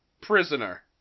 prisoner